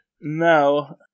No